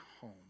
home